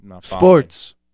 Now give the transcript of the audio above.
Sports